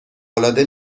العاده